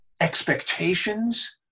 expectations